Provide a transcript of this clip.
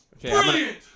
Brilliant